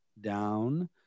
down